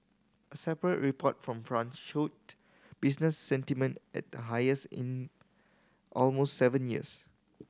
a separate report from France showed business sentiment at the highest in almost seven years